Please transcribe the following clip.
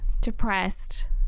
depressed